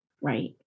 right